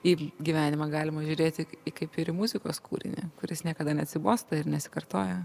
į gyvenimą galima žiūrėti kaip ir į muzikos kūrinį kuris niekada neatsibosta ir nesikartoja